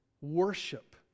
worship